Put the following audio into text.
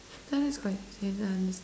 that is quite